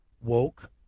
woke